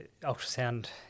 ultrasound